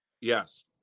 Yes